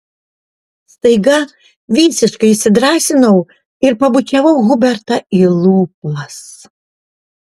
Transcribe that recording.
staiga visiškai įsidrąsinau ir pabučiavau hubertą į lūpas